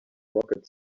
rocket